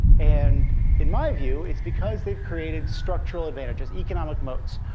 and in my view, it's because they've created structural advantages, economic moats,